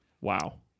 wow